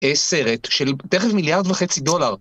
סרט של תכף מיליארד וחצי דולר